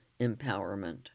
empowerment